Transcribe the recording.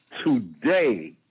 today